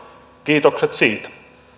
kiitokset siitä